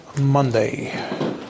Monday